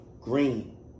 green